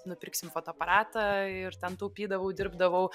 nupirksim fotoaparatą ir ten taupydavau dirbdavau